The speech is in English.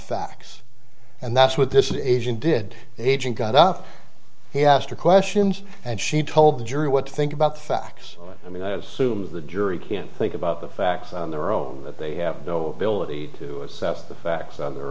facts and that's what this is agent did agent got up he asked her questions and she told the jury what to think about the facts i mean i assume the jury can't think about the facts on their own they have no ability to assess the facts on their